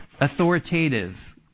authoritative